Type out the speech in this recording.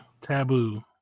taboo